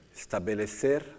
estabelecer